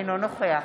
אינו נוכח